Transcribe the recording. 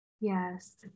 Yes